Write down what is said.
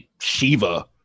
Shiva